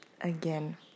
again